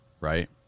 Right